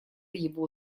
его